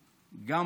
במרכז.